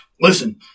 Listen